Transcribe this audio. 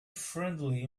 friendly